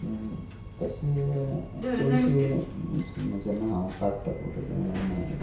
तशें चडशे जेन्ना जेन्ना हांव काडटा फोटो नवे